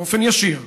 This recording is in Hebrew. באופן ישיר: